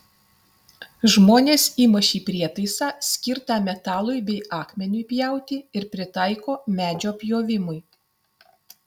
žmonės ima šį prietaisą skirtą metalui bei akmeniui pjauti ir pritaiko medžio pjovimui